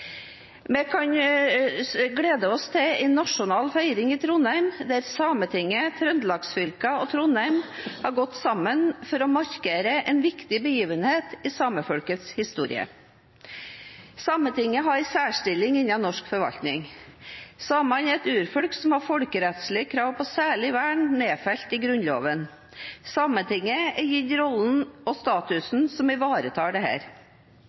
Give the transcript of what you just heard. Vi kan glede oss til en nasjonal feiring i Trondheim, der Sametinget, Trøndelag-fylkene og Trondheim har gått sammen for å markere en viktig begivenhet i samefolkets historie. Sametinget har en særstilling innen norsk forvaltning. Samene er et urfolk som har folkerettslige krav på særlig vern, nedfelt i Grunnloven. Sametinget er gitt en rolle og en status som ivaretar